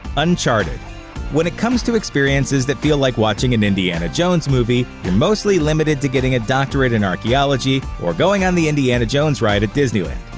uncharted when it comes to experiences that feel like watching an indiana jones movie, you're mostly limited to getting a doctorate in archeology or going on the indiana jones ride at disneyland.